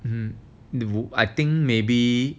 um I think maybe